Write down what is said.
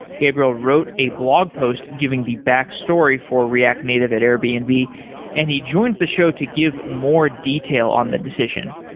gabriel wrote a blog post giving the backstory for react native at airbnb and and he joins the show to give more detail on the decision.